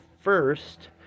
first